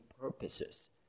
purposes